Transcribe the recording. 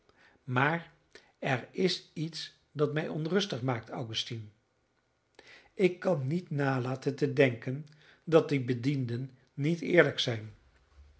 maar er is iets dat mij onrustig maakt augustine ik kan niet nalaten te denken dat die bedienden niet eerlijk zijn